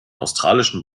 australischen